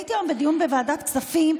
הייתי היום בדיון בוועדת כספים.